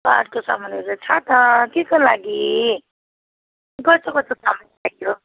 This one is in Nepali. उपहारको समानहरू छ त केको लागि कस्तो कस्तो समान चाहियो